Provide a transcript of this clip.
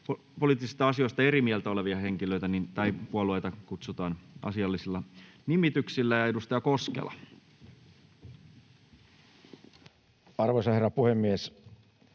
poliittisista asioista eri mieltä olevia henkilöitä ja puolueita kutsutaan asiallisilla nimityksillä. — Ja edustaja Koskela. Arvoisa herra puhemies!